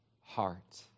heart